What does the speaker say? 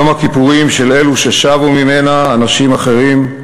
יום הכיפורים של אלו ששבו ממנה אנשים אחרים,